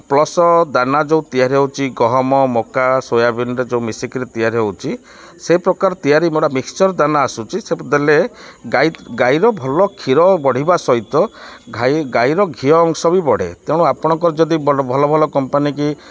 plus ଦାନା ଯେଉଁ ତିଆରି ହେଉଛି ଗହମ ମକା ସୋୟାବିନ୍ରେ ଯେଉଁ ମିଶିକିରି ତିଆରି ସେ ପ୍ରକାର ତିଆରି ମୋର ମିକ୍ସଚର୍ ଦାନା ଆସୁଛି ସେ ଦେଲେ ଗାଈ ଗାଈର ଭଲ କ୍ଷୀର ବଢ଼ିବା ସହିତ ଗାଈର ଘିଅ ଅଂଶ ବି ବଢ଼େ ତେଣୁ ଆପଣଙ୍କର ଯଦି ଭଲ ଭଲ କମ୍ପାନୀକି